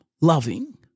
loving